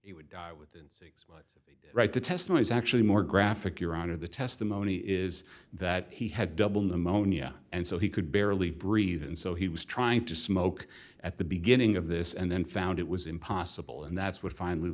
he would die within six right the testimony is actually more graphic your honor the testimony is that he had double pneumonia and so he could barely breathe and so he was trying to smoke at the beginning of this and then found it was impossible and that's what finally